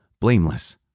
blameless